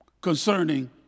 concerning